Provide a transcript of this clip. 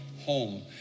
home